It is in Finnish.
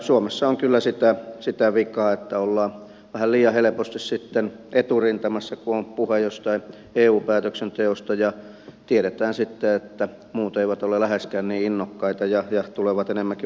suomessa on kyllä sitä vikaa että ollaan vähän liian helposti sitten eturintamassa kun on puhe jostain eu päätöksenteosta ja tiedetään että muut eivät ole läheskään niin innokkaita ja tulevat enemmänkin vapaamatkustajina kuin vastuunkantajina